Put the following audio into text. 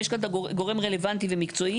יש כאן את הגורם הרלוונטי והמקצועי,